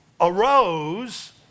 arose